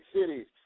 cities